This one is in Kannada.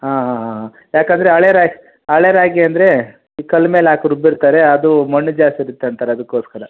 ಹಾಂ ಹಾಂ ಹಾಂ ಹಾಂ ಯಾಕಂದರೆ ಹಳೆ ರಾಗಿ ಹಳೆ ರಾಗಿ ಅಂದರೆ ಈ ಕಲ್ಲ ಮೇಲೆ ಹಾಕ್ ರುಬ್ಬಿರ್ತಾರೆ ಅದು ಮಣ್ಣು ಜಾಸ್ತಿಯಿರುತ್ತೆ ಅಂತಾರೆ ಅದಕ್ಕೋಸ್ಕರ